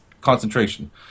concentration